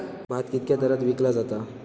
भात कित्क्या दरात विकला जा?